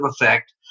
effect